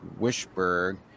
Wishburg